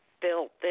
built